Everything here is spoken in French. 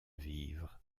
vivre